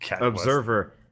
observer